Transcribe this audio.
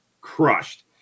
crushed